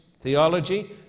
theology